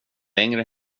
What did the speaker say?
längre